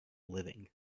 living